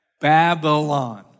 Babylon